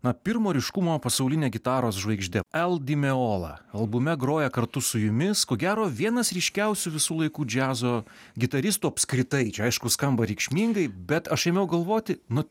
na pirmo ryškumo pasauline gitaros žvaigžde el dimeola albume groja kartu su jumis ko gero vienas ryškiausių visų laikų džiazo gitaristų apskritai čia aišku skamba reikšmingai bet aš ėmiau galvoti nu